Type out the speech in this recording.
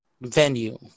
venue